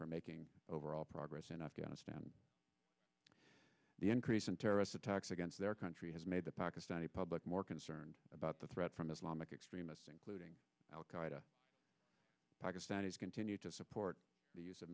for making overall progress in afghanistan the increase in terrorist attacks against their country has made the pakistani public more concerned about the threat from islamic extremists including al qaeda pakistanis continue to support the use of